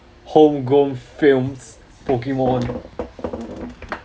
homegrown films pokemon